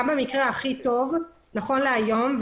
נכון להיום, גם במקרה הכי טוב, בסינגפור,